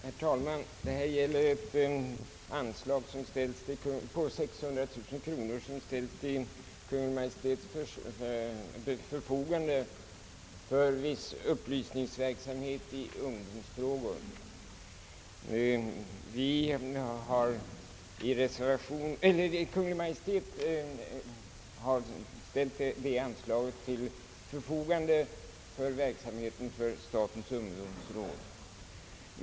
Herr talman! Det gäller här ett anslag på 600 000 kronor som skulle ställas till Kungl. Maj:ts förfogande för viss upplysningsverksamhet i ungdomsfrågor. Kungl. Maj:t har hittills ställt anvisade medel för denna verksamhet till förfogande för statens ungdomsråd.